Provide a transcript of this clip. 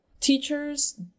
Teachers